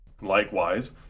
Likewise